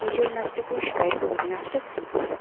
নিজেও নাচটা করি সবাইকেও বলি নাচটা শেখো